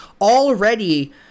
already